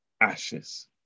ashes